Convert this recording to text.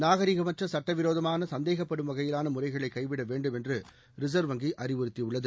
நாகரீகமற்றசுட்டவிரோதமானசந்தேகப்படும் வகையிலானமுறைகளைகைவிடவேண்டும் என்றுரிசர்வ் வங்கிஅறிவுறுத்தியுள்ளது